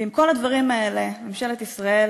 ועם כל הדברים האלה ממשלת ישראל